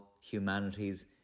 humanities